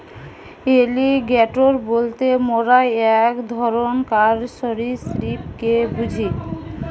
alligator বলতে মোরা এক ধরণকার সরীসৃপকে বুঝি